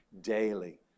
daily